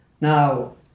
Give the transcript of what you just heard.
Now